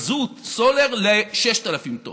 מזוט, סולר, ל-6,000 טונות.